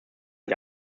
ich